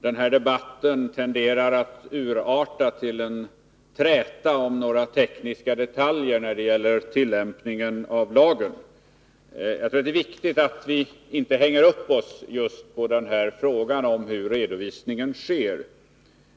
denna debatt tenderar att urarta till en träta om några tekniska detaljer när det gäller tillämpningen av lagen. Jag tror att det är viktigt att vi inte hänger upp oss just på frågan hur redovisningen sker.